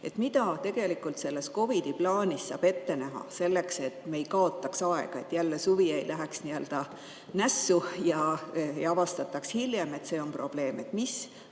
Mida tegelikult selles COVID-i plaanis saab ette näha, selleks et me ei kaotaks aega, et jälle suvi ei läheks nii-öelda nässu ega avastataks hiljem, et see on probleem? Mis